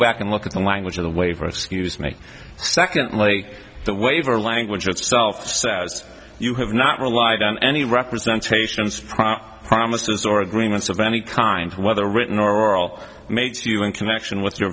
back and look at the language of the waiver excuse me secondly the waiver language itself says you have not relied on any representation of promises or agreements of any kind whether written or oral makes you in connection with your